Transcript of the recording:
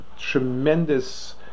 tremendous